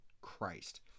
Christ